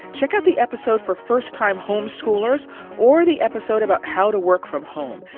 check out the episode for first-time home-schoolers or the episode about how to work from home.